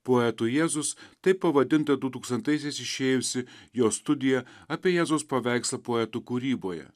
poetų jėzus taip pavadinta du tūkstantaisiais išėjusi jos studija apie jėzaus paveikslą poetų kūryboje